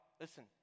listen